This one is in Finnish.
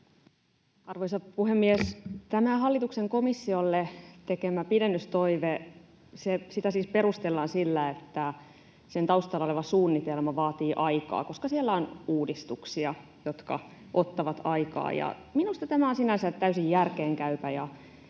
Arvoisa puhemies! Tätä hallituksen komissiolle tekemää pidennystoivetta perustellaan sillä, että sen taustalla oleva suunnitelma vaatii aikaa, koska siellä on uudistuksia, jotka ottavat aikaa, ja minusta tämä on sinänsä täysin järkeenkäypä